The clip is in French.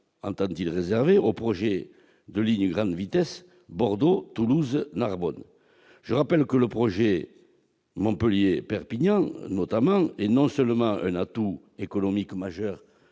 entend-il réserver au projet de ligne à grande vitesse Bordeaux-Toulouse-Narbonne ? Je rappelle que le projet de LGV Montpellier-Perpignan représente non seulement un atout économique majeur